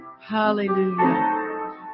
Hallelujah